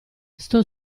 sto